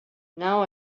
now